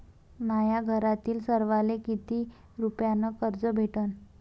माह्या घरातील सर्वाले किती रुप्यान कर्ज भेटन?